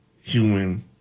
human